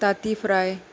तातीं fry